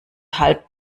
halb